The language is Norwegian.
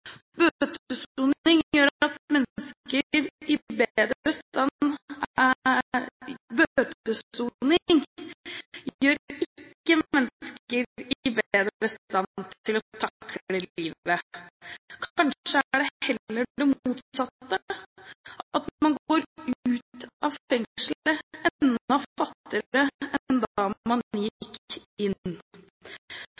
i fengsel. Bøtesoning gjør ikke mennesker i stand til bedre å takle livet, kanskje er det heller det motsatte; man går ut av fengselet enda fattigere enn da man